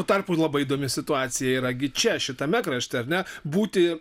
tuo tarpu labai įdomi situacija yra gi čia šitame krašte ar ne būti